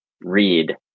read